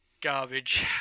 garbage